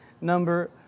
number